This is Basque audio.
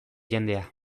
jendea